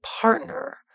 partner